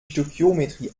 stöchiometrie